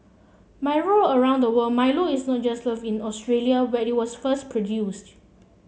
Milo around the world Milo is not just loved in Australia where it was first produced